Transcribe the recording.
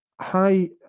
Hi